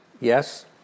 Yes